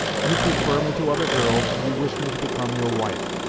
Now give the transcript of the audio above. you prefer me to other girls, and you wish me to become your wife.